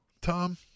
Tom